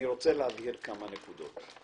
אני רוצה להבהיר כמה נקודות.